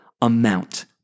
amount